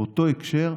באותו הקשר: